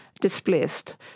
displaced